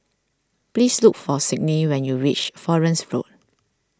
please look for Signe when you reach Florence Road